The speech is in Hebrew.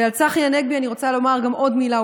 ועל צחי הנגבי אני רוצה לומר גם עוד מילה.